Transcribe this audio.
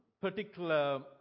particular